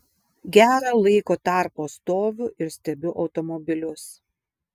gerą laiko tarpą stoviu ir stebiu automobilius